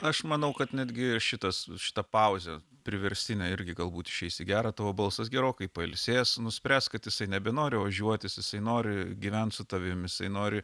aš manau kad netgi šitas šita pauzė priverstinė irgi galbūt išeis į gerą tavo balsas gerokai pailsės nuspręs kad jisai nebenori ožiuotis jisai nori gyvent su tavim jisai nori